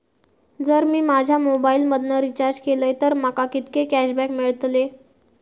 जर मी माझ्या मोबाईल मधन रिचार्ज केलय तर माका कितके कॅशबॅक मेळतले?